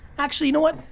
actually you know what?